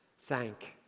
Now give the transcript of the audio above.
Thank